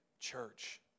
church